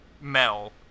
Mel